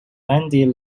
mandy